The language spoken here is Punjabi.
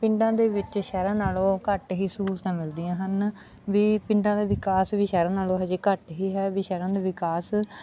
ਪਿੰਡਾਂ ਦੇ ਵਿੱਚ ਸ਼ਹਿਰਾਂ ਨਾਲੋਂ ਘੱਟ ਹੀ ਸਹੂਲਤਾਂ ਮਿਲਦੀਆਂ ਹਨ ਵੀ ਪਿੰਡਾਂ ਦਾ ਵਿਕਾਸ ਵੀ ਸ਼ਹਿਰਾਂ ਨਾਲੋਂ ਹਾਲੇ ਘੱਟ ਹੀ ਹੈ ਵੀ ਸ਼ਹਿਰਾਂ ਦੇ ਵਿਕਾਸ